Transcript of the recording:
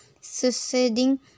succeeding